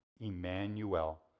Emmanuel